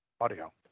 audio